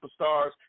Superstars